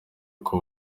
uko